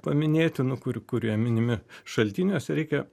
paminėtinų kur kurie minimi šaltiniuose reikia